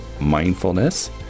mindfulness